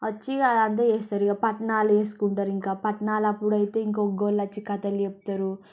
వచ్చి ఇక అది అంత చేస్తారు ఇక పట్నాలు వేసుకుంటరు ఇంకా పట్నాల అప్పుడు అయితే ఇంకా ఒకళ్ళు అయితే కథలు చెప్తారు